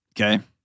Okay